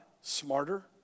smarter